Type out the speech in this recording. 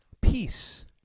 Peace